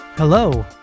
Hello